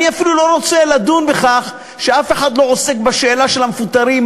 אני אפילו לא רוצה לדון בכך שאף אחד לא עוסק בשאלה של המפוטרים,